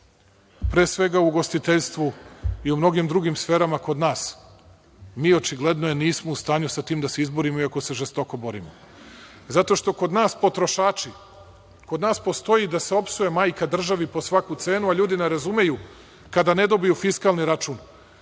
Pre svega u ugostiteljstvu i u mnogim drugim sferama kod nas. Mi očigledno nismo u stanju sa tim da se izborima, iako se žestoko borimo. Zato što kod nas potrošači, kod nas postoji da se opsuje majka državi po svaku cenu, a ljudi ne razumeju kada ne dobiju fiskalni račun